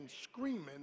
screaming